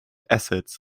assets